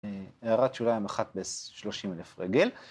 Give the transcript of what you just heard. הערת שוליים אחת ב-30,000 רגל.